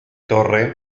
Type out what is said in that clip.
torre